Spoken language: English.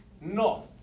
No